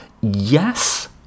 Yes